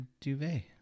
duvet